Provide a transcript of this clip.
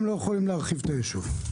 הם לא יכולים להרחיב את היישוב,